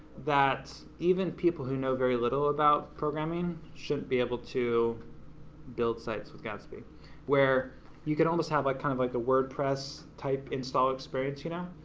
that even people who know very little about programming should be able to build sites with gatsby where you could almost have like kind of like a wordpress type install experience, you know?